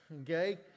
okay